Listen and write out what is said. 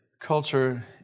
culture